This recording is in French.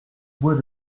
bois